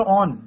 on